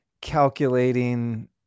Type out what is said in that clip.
calculating